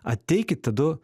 ateikit tadu